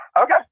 Okay